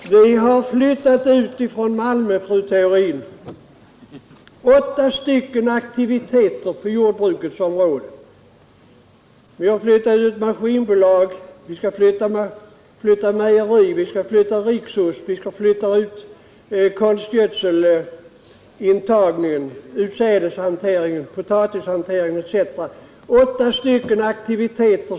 Vi har, fru Theorin, från Malmö flyttat åtta aktiviteter på jordbrukets område. Vi har flyttat ut maskinhandeln och vi skall flytta ut mejeriet, Riksost, konstgödselhandeln, utsädeshanteringen, potatishanteringen etc.